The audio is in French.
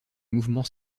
mouvements